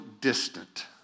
distant